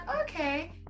okay